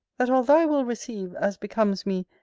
that although i will receive, as becomes me,